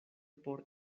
por